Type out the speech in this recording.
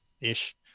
ish